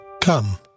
Come